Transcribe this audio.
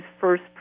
first